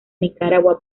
nicaragua